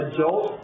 Adult